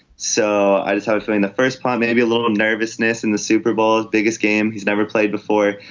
so i just ah just mean the first part maybe a little nervousness in the super bowl biggest game. he's never played before.